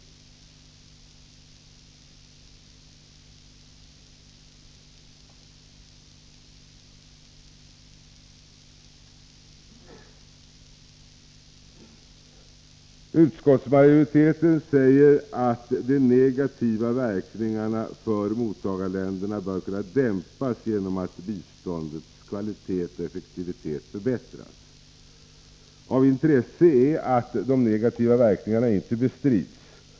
Reservanterna avstyrker motionen utan att själva anvisa några finansieringsvägar. Utskottsmajoriteten säger att de negativa verkningarna för mottagarländerna bör kunna dämpas genom att biståndets kvalitet och effektivitet förbättras. Av intresse är att de negativa verkningarna inte bestrids.